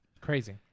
Crazy